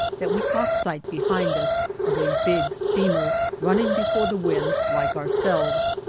that we caught sight behind us of a big steamer, running before the wind, like ourselves.